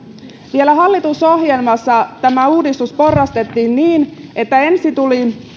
vielä hallitusohjelmassa tämä uudistus porrastettiin niin että ensin tuli